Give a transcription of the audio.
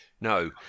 No